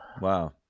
wow